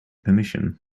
permission